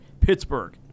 Pittsburgh